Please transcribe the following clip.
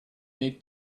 big